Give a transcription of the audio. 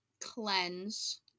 cleanse